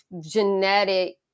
genetic